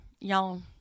y'all